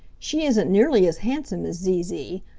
she isn't nearly as handsome as zee zee,